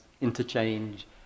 interchange